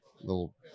little